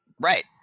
Right